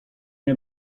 nie